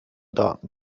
daten